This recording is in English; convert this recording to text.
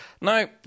Now